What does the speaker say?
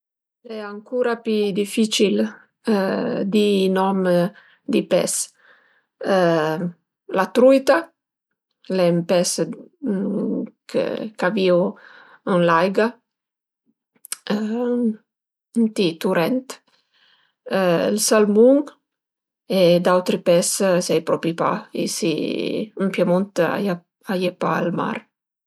Al e ancura pi dificil di i nom di pes: la truita al e ën pes ch'a vìu ën l'aiga ënt i turent, ël salmun e d'autri pes sai propi pa, isi ën Piemunt a ie pa ël mar